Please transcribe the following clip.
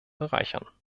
bereichern